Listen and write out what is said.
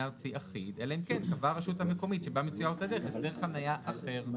אחיד אלא אם כן קבעה הרשות המקומית הסדר חניה אחר.